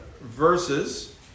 verses